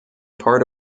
part